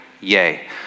Yay